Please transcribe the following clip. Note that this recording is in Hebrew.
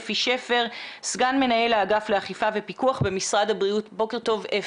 אפי שפר סגן מנהל האגף לאכיפה ופיקוח במשרד הבריאות בבקשה.